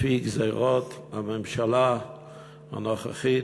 לפי גזירות הממשלה הנוכחית,